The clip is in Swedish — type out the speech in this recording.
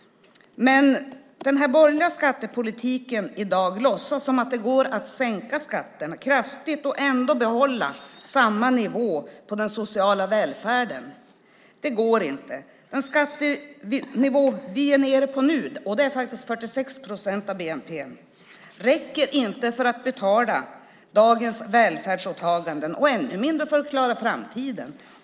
Dagens borgerliga skattepolitik låtsas att det går att sänka skatten kraftigt och ändå behålla samma nivå på den sociala välfärden. Det går inte. Den skattenivå vi är nere på nu - det är faktiskt 46 procent av bnp - räcker inte för att betala dagens välfärdsåtaganden, ännu mindre för att klara framtiden.